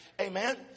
amen